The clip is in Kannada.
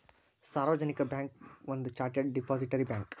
ಸಾರ್ವಜನಿಕ ಬ್ಯಾಂಕ್ ಒಂದ ಚಾರ್ಟರ್ಡ್ ಡಿಪಾಸಿಟರಿ ಬ್ಯಾಂಕ್